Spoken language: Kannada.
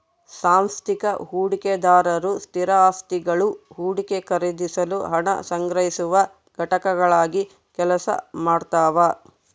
ಸಾಂಸ್ಥಿಕ ಹೂಡಿಕೆದಾರರು ಸ್ಥಿರಾಸ್ತಿಗುಳು ಹೂಡಿಕೆ ಖರೀದಿಸಲು ಹಣ ಸಂಗ್ರಹಿಸುವ ಘಟಕಗಳಾಗಿ ಕೆಲಸ ಮಾಡ್ತವ